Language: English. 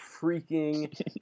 freaking